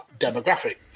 demographic